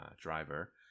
driver